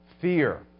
fear